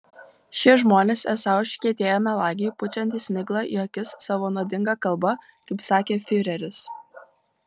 šie žmonės esą užkietėję melagiai pučiantys miglą į akis savo nuodinga kalba kaip sakė fiureris